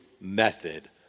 method